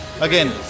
again